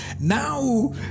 now